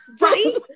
right